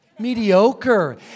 Mediocre